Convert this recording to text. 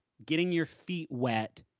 getting your feet wet,